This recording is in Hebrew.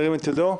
ירים את ידו.